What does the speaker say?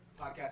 podcast